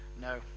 No